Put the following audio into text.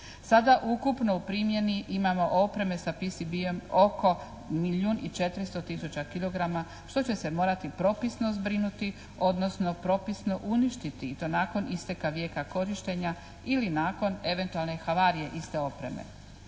Sada ukupno u primjeni imamo opreme sa PSB-em oko milijun i 400 tisuća kilograma što će se morati propisno zbrinuti odnosno propisno uništiti i to nakon isteka vjeka korištenja ili nakon eventualne havarije iste opreme.